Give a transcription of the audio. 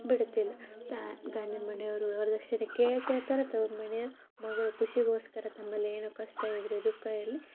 ಬಿಡ್ತಿಲ್ಲ ತಾ ಗಂಡನ ಮನೆಯವರು ವರದಕ್ಷಿಣೆ ಕೇಳ್ತಾ ಇರ್ತಾರೆ ತವ್ರು ಮನೆಯವ್ರು ಮಗ್ಳ ಖುಷಿಗೋಸ್ಕರ ತಮ್ಮಲ್ಲಿ ಏನು ಕಷ್ಟ ಇರಲಿ ದುಃಖ ಇರಲಿ